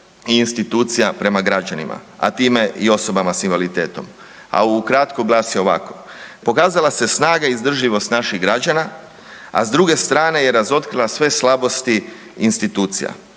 i institucija prema građanima, a time i osobama s invaliditetom, a ukratko glasi ovako. Pokazala se snaga i izdržljivost naših građana, a s druge strane je razotkrila sve slabosti institucija.